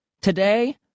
Today